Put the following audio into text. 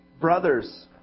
brothers